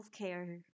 healthcare